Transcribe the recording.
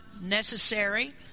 necessary